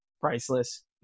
Priceless